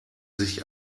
sich